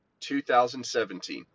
2017